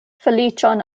feliĉon